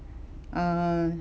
err